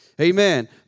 Amen